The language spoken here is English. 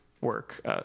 work